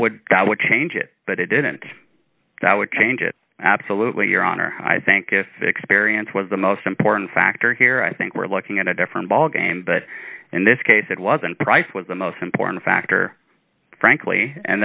would that would change it but it didn't that would change it absolutely your honor i think if experience was the most important factor here i think we're looking at a different ballgame but in this case it was and price was the most important factor frankly and